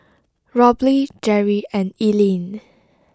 Robley Jerry and Ellyn